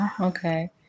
okay